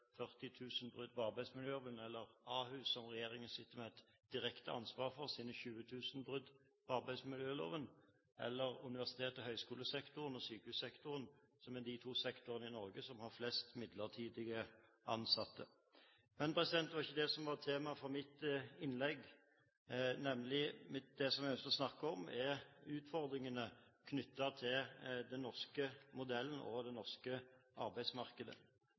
brudd på arbeidsmiljøloven, over Ahus, som regjeringen sitter med et direkte ansvar for, med dets 20 000 brudd på arbeidsmiljøloven, eller universitets- og høgskolesektoren og sykehussektoren, som er de to sektorene i Norge som har flest midlertidig ansatte. Men det var ikke det som var temaet for mitt innlegg. Det jeg ønsket å snakke om, var utfordringene knyttet til den norske modellen og det norske arbeidsmarkedet.